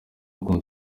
ukuntu